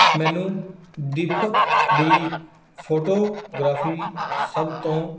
ਮੈਨੂੰ ਦੀਪਕ ਦੀ ਫੋਟੋਗਰਾਫੀ ਸਭ ਤੋਂ